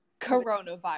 coronavirus